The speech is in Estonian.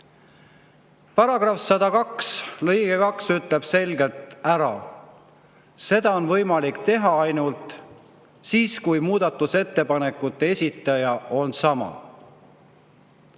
Paragrahvi 102 lõige 2 ütleb selgelt, et seda on võimalik teha ainult siis, kui muudatusettepanekute esitaja on sama.